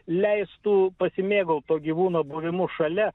leistų pasimėgaut to gyvūno buvimu šalia